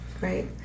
Right